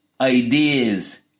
ideas